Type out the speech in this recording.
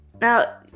Now